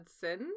sin